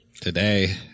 Today